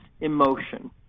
emotion